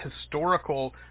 historical